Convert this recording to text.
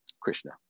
Krishna